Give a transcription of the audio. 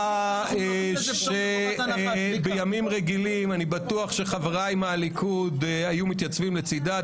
היא הצעה שבימים רגילים אני בטוח שחבריי מהליכוד היו מתייצבים לצידה.